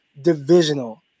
divisional